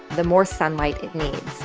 the more sunlight it needs.